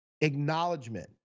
Acknowledgement